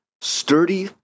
sturdy